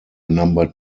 number